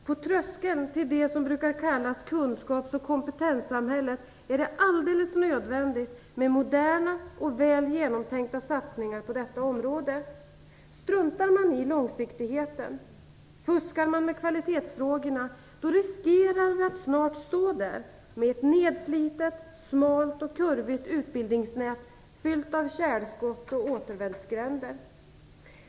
På tröskeln till det som brukar kallas kunskaps och kompetenssamhället är det alldeles nödvändigt med moderna och väl genomtänkta satsningar på detta område. Struntar man i långsiktigheten och fuskar med kvalitetsfrågorna riskerar vi att snart stå där med ett nedslitet, smalt och kurvigt utbildningsnät fyllt av tjälskott och återvändsgränder.